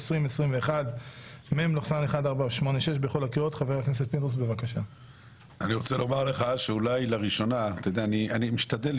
20 בדצמבר 2021. הנושא הראשון על סדר היום: המלצת הוועדה הציבורית